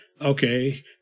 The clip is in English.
Okay